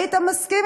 היית מסכים,